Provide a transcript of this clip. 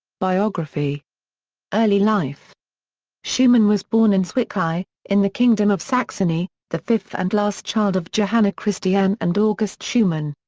biography early life schumann was born in zwickau, in the kingdom of saxony, the fifth and last child of johanna christiane and august schumann.